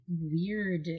weird